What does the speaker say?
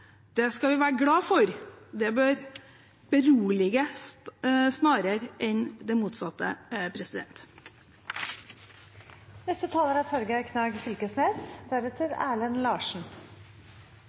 Norge, skal vi være glade for. Det bør berolige, snarere enn det motsatte.